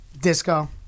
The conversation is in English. Disco